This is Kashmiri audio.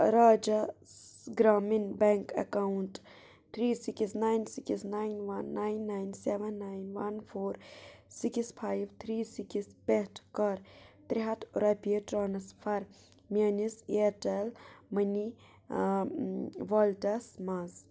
راجا Grameen bank account three six nine six nine one nine nine seven nine one four six five three six پٮ۪ٹھ کَر ترٛےٚ ہتھ رۄپیہِ ٹرٛانٕسفر میٛٲنِس اِیَرٹیٚل مٔنی والٹَس مَنٛز